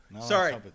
Sorry